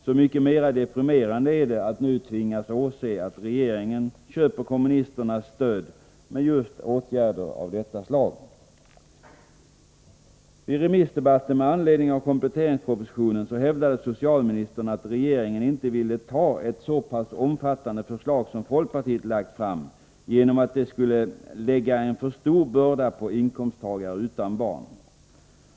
Så mycket mera deprimerande är det att nu tvingas åse att regeringen köper kommunisternas stöd med just åtgärder av detta slag. Vid dagens debatt med anledning av kompletteringspropositionen hävdade socialministern att regeringen inte ville acceptera ett så pass omfattande förslag som det folkpartiet lagt fram, då det skulle medföra en alltför stor börda för inkomsttagare utan barn.